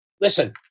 Listen